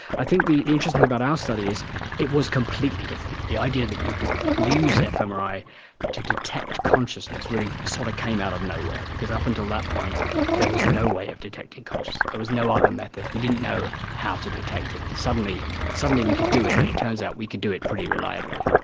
i think the interesting thing about our study is it was completely different. the idea that you could use fmri to detect consciousness really sort of came out of nowhere because up until that point there was no way of detecting consciousness. there was no other method. we didn't know how to detect it. and suddenly suddenly we could do it and it turns out we could do it pretty reliably.